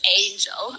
angel